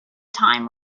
time